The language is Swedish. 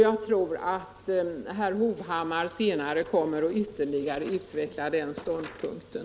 Jag tror att herr Hovhammar senare kommer att ytterligare utveckla den ståndpunkten.